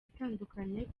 itandukanye